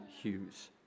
Hughes